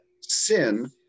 sin